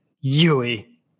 Yui